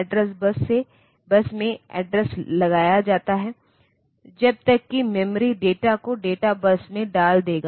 तो जैसा कि आप जानते हैं कि प्रोसेसर इंस्ट्रक्शंस का निष्पादन करता है यह निम्न चक्र फेच डिकोड और एक्सेक्यूटे का पालन करके